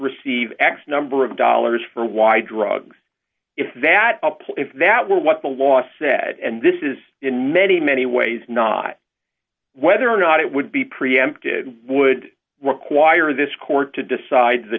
receive x number of dollars for y drugs if that apply if that were what the law said and this is in many many ways not whether or not it would be preempted would require this court to decide the